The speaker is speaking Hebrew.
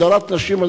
הדרת נשים,